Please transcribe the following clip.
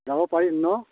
যাব পাৰিম ন